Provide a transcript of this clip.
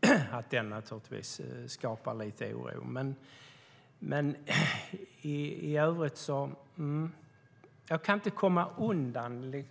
skapar naturligtvis lite oro. I övrigt är det en sak jag inte kan komma undan.